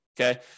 Okay